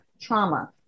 trauma